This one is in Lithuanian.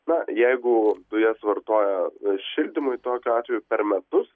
na jeigu dujas vartoja šildymui tokiu atveju per metus